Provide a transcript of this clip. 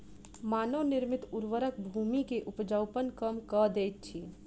मानव निर्मित उर्वरक भूमि के उपजाऊपन कम कअ दैत अछि